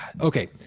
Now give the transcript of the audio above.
okay